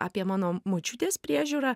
apie mano močiutės priežiūrą